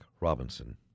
Robinson